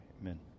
Amen